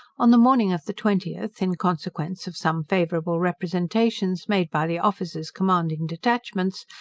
on the morning of the twentieth, in consequence of some favorable representations made by the officers commanding detachments,